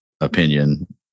opinion